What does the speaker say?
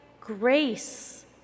grace